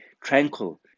tranquil